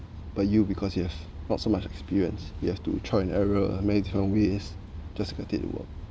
but you because you have not so much experience you have to trial and error many different ways just to get it to work